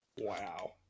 Wow